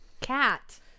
Cat